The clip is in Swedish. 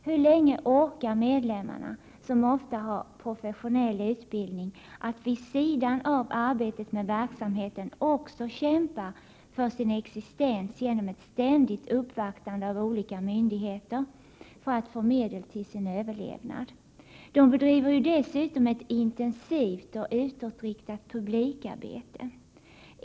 Hur länge orkar medlemmarna, som ofta har professionell utbildning, att vid sidan av arbetet med verksamheten också kämpa för sin existens genom ett ständigt uppvaktande av olika myndigheter för att få medel till sin överlevnad? De bedriver ju dessutom ett intensivt och utåtriktat publikarbete.